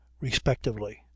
respectively